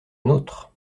nôtre